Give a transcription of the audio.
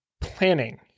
planning